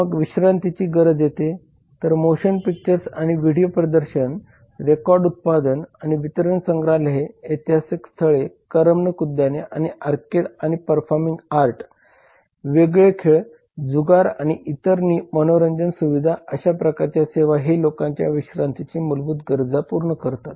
मग विश्रांतीची गरज येते तर मोशन पिक्चर्स आणि व्हिडिओ प्रदर्शन रेकॉर्ड उत्पादन आणि वितरण संग्रहालये ऐतिहासिक स्थळे करमणूक उद्याने आणि आर्केड आणि परफॉर्मिंग आर्ट वेगवेगळे खेळ जुगार आणि इतर मनोरंजन सुविधा अशा प्रकारच्या सेवा हे लोकांच्या विश्रांतीची मूलभूत गरज पूर्ण करतात